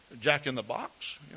jack-in-the-box